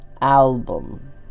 album